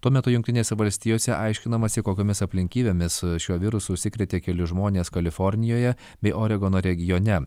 tuo metu jungtinėse valstijose aiškinamasi kokiomis aplinkybėmis šiuo virusu užsikrėtė keli žmonės kalifornijoje bei oregono regione